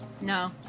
No